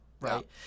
Right